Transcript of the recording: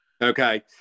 Okay